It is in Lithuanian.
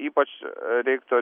ypač reiktų